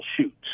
shoots